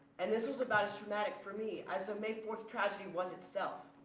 and this was about as traumatic for me as of may fourth tragedy was itself.